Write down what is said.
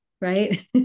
Right